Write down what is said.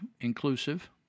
inclusive